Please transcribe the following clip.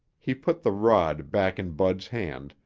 he put the rod back in bud's hand,